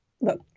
look